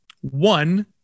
one